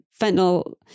fentanyl